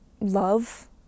love